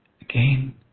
Again